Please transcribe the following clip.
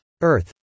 Earth